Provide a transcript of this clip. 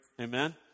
Amen